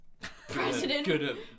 president